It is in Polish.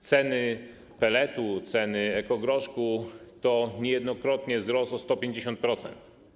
Ceny pelletu, ceny ekogroszku to niejednokrotnie wzrost o 150%.